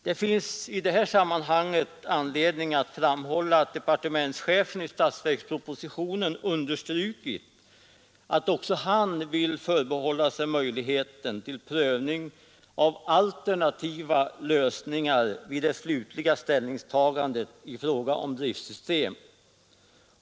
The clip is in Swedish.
Det finns i det här sammanhanget anledning att framhålla att departementschefen i statsverkspropositionen understrukit att också han vill förbehålla sig möjligheten till prövning av alternativa lösningar vid det slutliga ställningstagandet i fråga om driftsystem.